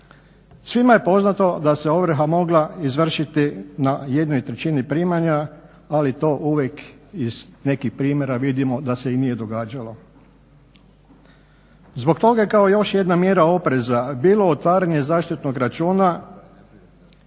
Svima je poznato da se ovrha mogla izvršiti na 1/3 primanja, ali to uvijek iz nekih primjera vidimo da se i nije događalo. Zbog toga je kao još jedna mjera opreza bilo otvaranje zaštitnog računa